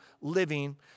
living